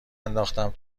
انداختم